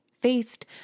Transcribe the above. faced